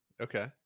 Okay